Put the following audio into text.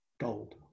Gold